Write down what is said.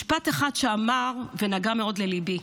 משפט אחד שאמר ונגע מאוד לליבי: